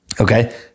Okay